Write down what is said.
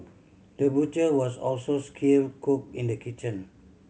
the butcher was also skilled cook in the kitchen